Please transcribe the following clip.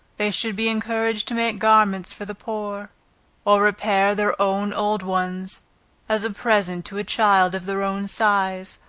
they should be encouraged to make garments for the poor or repair their own old ones as a present to a child of their own size,